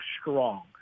strong